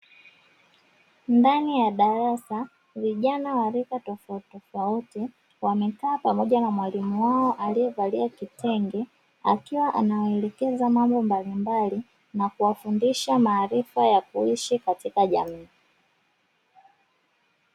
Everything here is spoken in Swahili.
Ndani ya darasa vijana wa rika tofautitofauti, wamekaa pamoja na mwalimu wao aliyevalia kitenge, akiwa anawaelekeza mambo mbalimbali na kuwafundisha maarifa ya kuishi katika jamii.